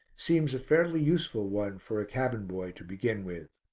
seems a fairly useful one for a cabin-boy to begin with